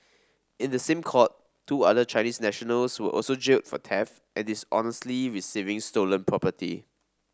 in the same court two other Chinese nationals were also jailed for theft and dishonestly receiving stolen property